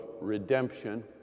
redemption